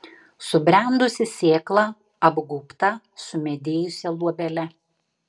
subrendusi sėkla apgaubta sumedėjusia luobele